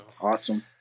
awesome